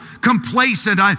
complacent